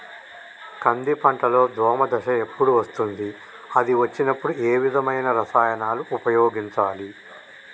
కంది పంటలో దోమ దశ ఎప్పుడు వస్తుంది అది వచ్చినప్పుడు ఏ విధమైన రసాయనాలు ఉపయోగించాలి?